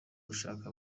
gushaka